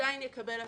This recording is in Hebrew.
עדיין יקבל הסעה.